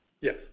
Yes